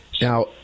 Now